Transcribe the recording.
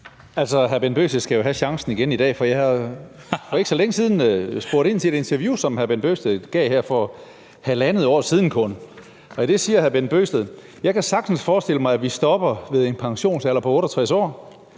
Altså, hr. Bent Bøgsted skal have chancen igen i dag, for jeg har jo for ikke så længe siden spurgt ind til et interview, som hr. Bent Bøgsted gav for kun halvandet år siden, og i det siger hr. Bent Bøgsted: Jeg kan sagtens forestille mig, at vi stopper ved en pensionsalder på 68 år.